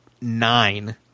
nine